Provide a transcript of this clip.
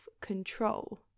control